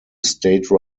state